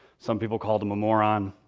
some people called him a moron.